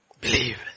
Believe